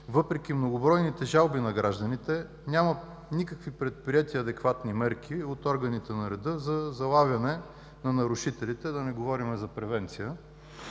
Въпреки многобройните жалби на гражданите, няма никакви предприети адекватни мерки от органите на реда за залавяне на нарушителите, да не говорим за превенция.